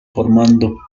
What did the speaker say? formando